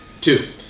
Two